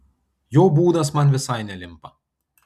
jo būdas man visai nelimpa